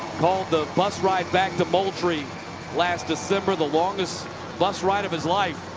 called the bus ride back to moultrie last december, the longest bus ride of his life.